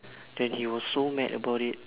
then he was so mad about it